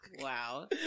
Wow